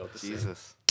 Jesus